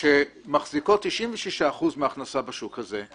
שמחזיקות 96% מההכנסה בשוק הזה,